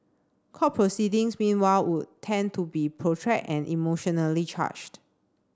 court proceedings meanwhile would tend to be protract and emotionally charged